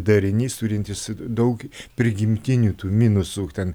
darinys turintis daug prigimtinių tų minusų ten